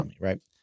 right